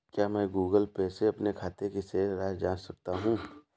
क्या मैं Google Pay से अपने खाते की शेष राशि की जाँच कर सकता हूँ?